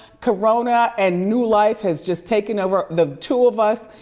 corona and new life has just taken over the two of us.